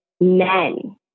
men